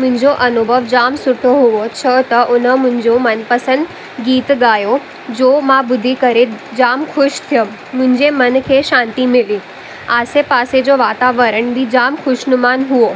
मुंहिंजो अनुभव जाम सुठो हुओ छो त उन मुंहिंजो मनपसंदि गीत ॻाहियो जो मां ॿुधी करे जाम ख़ुशि थियमि मुंहिंजे मन खे शांती मिली आसे पासे जो वातावरण बि जाम ख़ुशनुमान हुओ